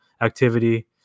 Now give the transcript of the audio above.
activity